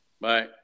Bye